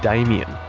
damien.